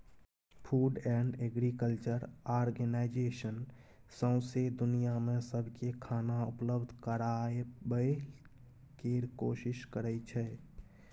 food and agriculture organisation सौंसै दुनियाँ मे सबकेँ खाना उपलब्ध कराबय केर कोशिश करइ छै